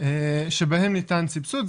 בהם כן ניתן סבסוד.